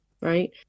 right